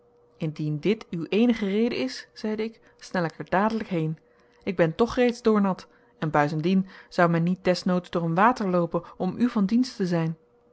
indien dit uw eenige reden is zeide ik snel ik er dadelijk heen ik ben toch reeds doornat en buitendien zou men niet desnoods door een water loopen om u van dienst te zijn